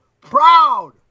proud